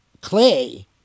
clay